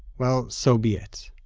well, so be it.